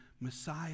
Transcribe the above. Messiah